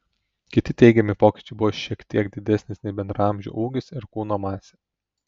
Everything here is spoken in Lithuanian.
kiti teigiami pokyčiai buvo šiek tiek didesnis nei bendraamžių ūgis ir kūno masė